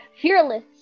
fearless